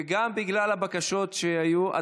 וגם בגלל הבקשות שהיו,